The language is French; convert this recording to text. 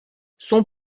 son